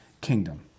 kingdom